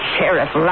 Sheriff